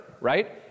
right